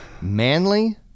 manly